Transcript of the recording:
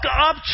up